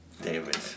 David